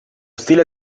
stile